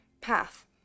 path